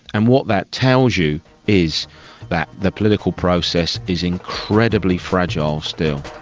and what that tells you is that the political process is incredibly fragile still.